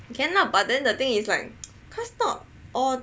can lah but then the thing is like because not all